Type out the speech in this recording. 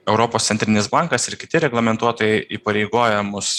europos centrinis bankas ir kiti reglamentuotojai įpareigoja mūsų